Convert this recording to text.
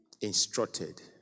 instructed